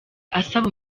asaba